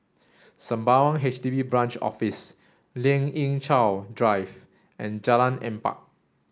Sembawang H D B Branch Office Lien Ying Chow Drive and Jalan Empat